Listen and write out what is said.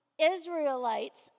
Israelites